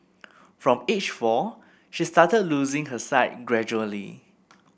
from age four she started losing her sight gradually